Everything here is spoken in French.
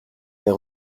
mais